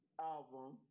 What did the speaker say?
album